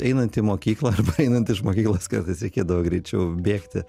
einant į mokyklą arba einant iš mokyklos kartais reikėdavo greičiau bėgti